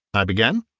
i began,